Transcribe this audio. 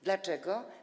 Dlaczego?